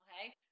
okay